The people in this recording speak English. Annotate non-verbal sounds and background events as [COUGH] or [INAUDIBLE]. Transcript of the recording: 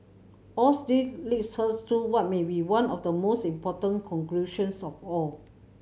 all [UNINTELLIGIBLE] leads us to what may be one of the most important conclusions of all